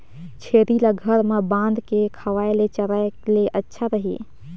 छेरी ल घर म बांध के खवाय ले चराय ले अच्छा रही?